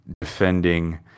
defending